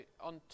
on